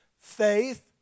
faith